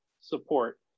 support